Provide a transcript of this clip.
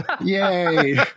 Yay